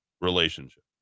Relationship